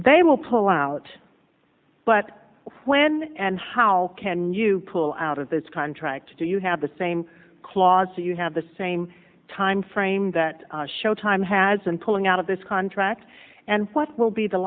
they will pull out but when and how can you pull out of this contract to do you have the same clause so you have the same timeframe that showtime has been pulling out of this contract and what will be the